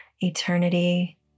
eternity